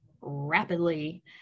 rapidly